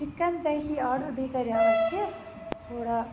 chicken پیتی order بیٚیہِ کَریاو اَسہِ تھوڑا